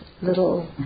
little